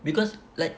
because like